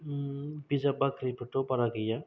बिजाब बाख्रिफोरथ' बारा गैया